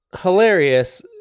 hilarious